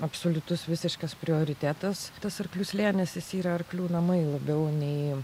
absoliutus visiškas prioritetas tas arklių slėnis jis yra arklių namai labiau nei